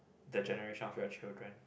the generation of your children